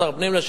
שר פנים לשעבר,